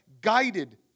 guided